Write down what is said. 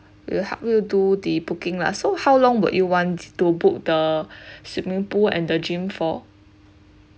we will help you do the booking lah so how long would you want to book the swimming pool and the gym for